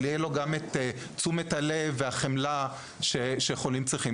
אבל גם תהיה לו את תשומת הלב ואת החמלה שחולים צריכים,